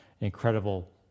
incredible